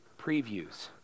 previews